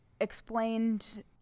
explained